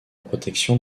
protection